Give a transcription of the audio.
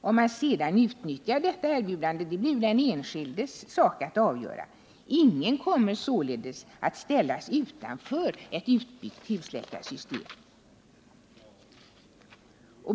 Om man sedan vill utnyttja detta erbjudande blir den enskildes sak att avgöra. Ingen kommer således att ställas utanför ett utbyggt husläkarsystem.